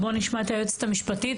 בואו נשמע את היועצת המשפטית,